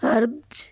herbs